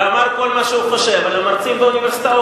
ואמר כל מה שהוא חושב על המרצים באוניברסיטאות.